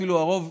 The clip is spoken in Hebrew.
אפילו הרוב,